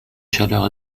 chaleur